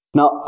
Now